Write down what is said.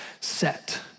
set